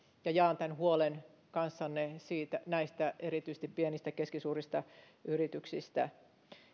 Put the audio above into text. ja jaan tämän huolen kanssanne erityisesti näistä pienistä ja keskisuurista yrityksistä